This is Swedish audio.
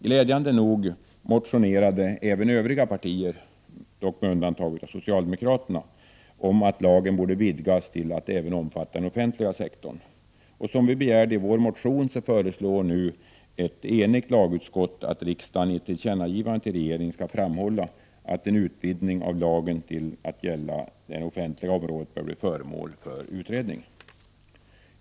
Glädjande nog motionerades även från övriga partier — endast med undantag av socialdemokraterna — att lagen borde vidgas till att även omfatta den offentliga verksamheten. Såsom vi begärde i vår motion, föreslår nu ett enigt lagutskott att riksdagen i ett tillkännagivande till regeringen skall framhålla att en utvidgning av lagen till att gälla det offentliga området bör bli föremål för utredning.